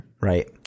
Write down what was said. Right